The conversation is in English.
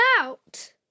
out